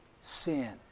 sin